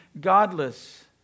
godless